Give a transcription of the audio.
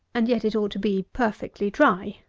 and yet it ought to be perfectly dry.